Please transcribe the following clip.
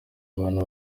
abantu